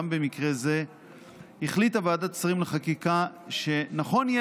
גם במקרה זה החליטה ועדת השרים לחקיקה שנכון יהיה